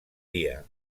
dia